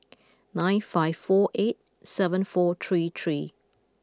nine five four eight seven four three three